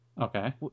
Okay